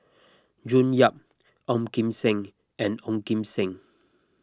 June Yap Ong Kim Seng and Ong Kim Seng